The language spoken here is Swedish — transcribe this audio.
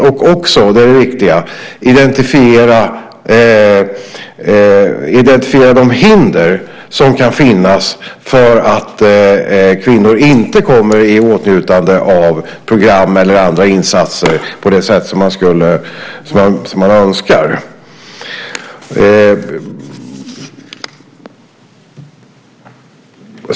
Man ska också - det är det viktiga - identifiera de hinder som kan finnas för att kvinnor inte kommer i åtnjutande av program eller andra insatser på det sätt som man önskar.